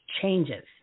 changes